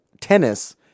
tennis